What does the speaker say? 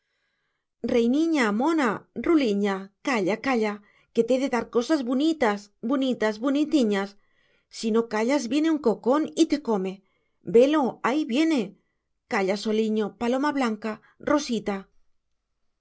aldeano reiniña mona ruliña calla calla que te he de dar cosas bunitas bunitas bunitiñas si no callas viene un cocón y te come velo ahí viene calla soliño paloma blanca rosita